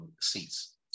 seats